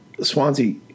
Swansea